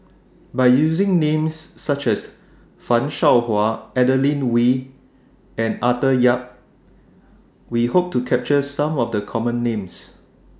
By using Names such as fan Shao Hua Adeline Ooi and Arthur Yap We Hope to capture Some of The Common Names